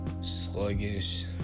sluggish